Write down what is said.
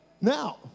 Now